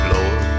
Lord